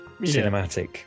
cinematic